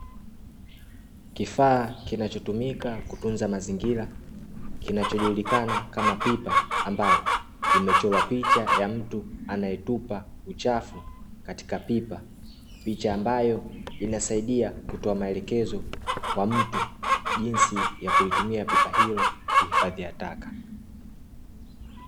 Kifaa kinachotumika kutunza mazingira kinachojulikana kama pipa ambalo limechorwa picha ya mtu anayetupa uchafu katika pipa, picha ambayo inasaidia kutoa maelekezo kwa mtu jinsi ya kulitumia pipa hilo kuhifadhia taka .